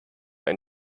ein